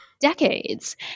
decades